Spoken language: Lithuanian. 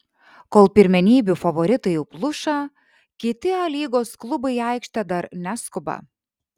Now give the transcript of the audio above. kol pirmenybių favoritai jau pluša kiti a lygos klubai į aikštę dar neskuba